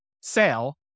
sale